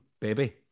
baby